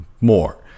more